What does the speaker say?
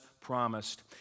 promised